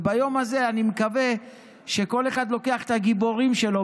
וביום הזה אני מקווה שכל אחד לוקח את הגיבורים שלו,